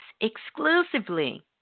exclusively